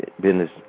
business